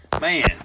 man